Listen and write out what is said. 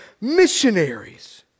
missionaries